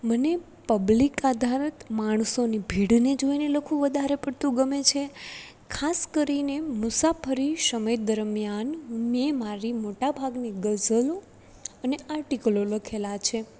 મને પબ્લિક અધારિત માણસોની ભીડને જોઈને લખવું વધારે પડતું ગમે છે ખાસ કરીને મુસાફરી સમય દરમિયાન મેં મારી મોટાભાગની ગઝલો અને આર્ટિકલો લખેલા છે